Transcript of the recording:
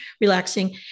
relaxing